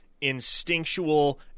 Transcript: instinctual –